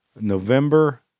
November